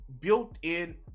built-in